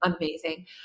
amazing